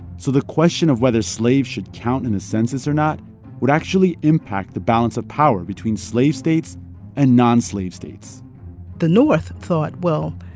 so the question of whether slaves should count in the census or not would actually impact the balance of power between slave states and non-slave states the north thought well,